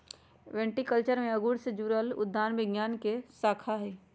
viticulture में अंगूर से जुड़ल उद्यान विज्ञान के शाखा हई